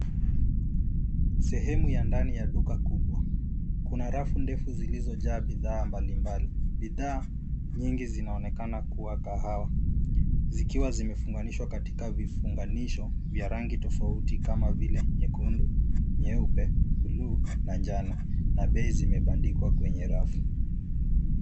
Sehemu ya ndani ya duka kubwa. Kuna rafu ndefu zilizojaa bidhaa mbalimbali. Bidhaa nyingi zinaonekana kuwa kahawa, zikiwa zimefunganishwa katika vifunganisho vya rangi tofauti kama vile nyekundu, nyeupe, buluu na njano na bei zimebandikwa kwenye rafu.